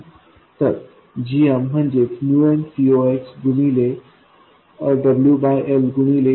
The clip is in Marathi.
तर gm म्हणजे nCox गुणिले WL गुणिले आहे